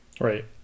Right